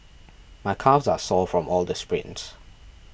my calves are sore from all the sprints